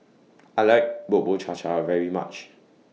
I like Bubur Cha Cha very much